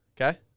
Okay